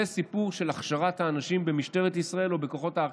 זה סיפור של הכשרת האנשים במשטרת ישראל ובכוחות האכיפה,